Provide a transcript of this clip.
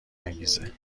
انگیزه